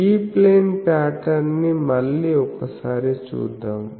E plane pattern ని మళ్లీ ఒక్కసారి చూద్దాం